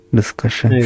Discussion